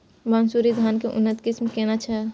मानसुरी धान के उन्नत किस्म केना छै?